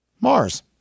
Mars